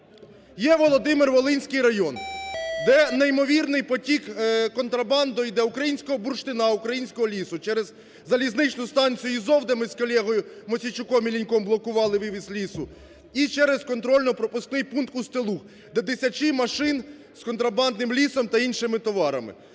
Є Володимир-Волинський район, де неймовірний потік контрабандою іде українського бурштину, українського лісу через залізничну станцію "Ізов", де ми з колегою Мосійчуком і Ліньком блокували вивіз лісу, і через контрольно-пропускний пункт "Устилуг", де тисячі машин з контрабандним лісом та іншими товарами.